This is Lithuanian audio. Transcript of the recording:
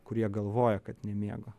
kurie galvoja kad nemėgo